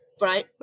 Right